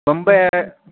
بمبئی ہے